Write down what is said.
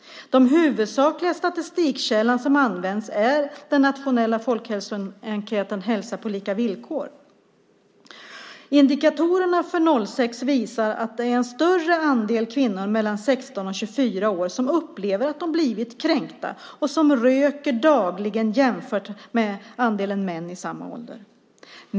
Den huvudsakliga statistikkälla som används är den nationella folkhälsoenkäten Hälsa på lika villkor . Indikatorerna för 2006 visar att det är en större andel kvinnor mellan 16 och 24 år som upplever att de blivit kränkta och som röker dagligen jämfört med andelen män i samma ålder.